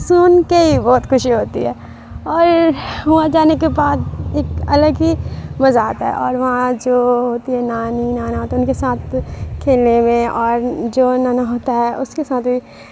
سن کے ہی بہت خوشی ہوتی ہے اور وہاں جانے کے بعد ایک الگ ہی مزہ آتا ہے اور وہاں جو ہوتی ہے نانی نانا ہوتے ہیں ان کے ساتھ کھیلنے میں اور جو نانا ہوتا ہے اس کے ساتھ بھی